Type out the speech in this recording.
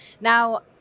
Now